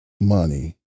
money